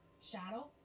shadow